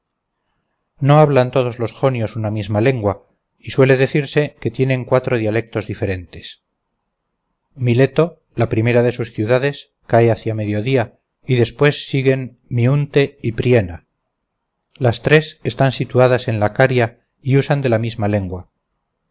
no hablan todos los jonios una misma lengua y puede decirse que tienen cuatro dialectos diferentes mileto la primera de sus ciudades cae hacia el mediodía y después siguen miunte y priena las tres están situadas en la caria y usan de la misma lengua